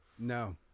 No